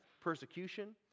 persecution